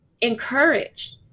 encouraged